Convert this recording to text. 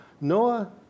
Noah